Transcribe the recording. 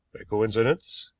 a coincidence?